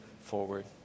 forward